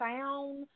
sound